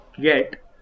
get